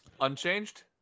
Unchanged